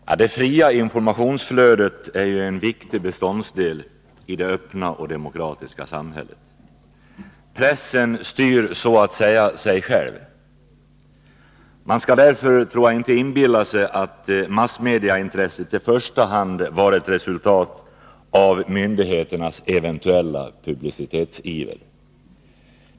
Herr talman! Det fria informationsflödet är en viktig beståndsdel i det öppna och demokratiska samhället. Pressen styr så att säga sig själv. Man skall därför inte inbilla sig att massmedieintresset i första hand var ett resultat av myndigheternas eventuella publicitetsiver.